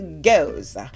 goes